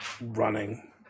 running